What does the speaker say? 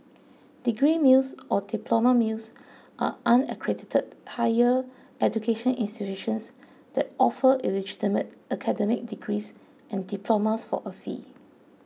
degree mills or diploma mills are unaccredited higher education institutions that offer illegitimate academic degrees and diplomas for a fee